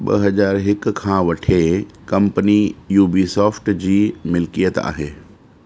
ॿ हज़ार हिक खां वठी कंपनी यू बी सॉफ्ट जी मिल्कियत आहे